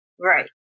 Right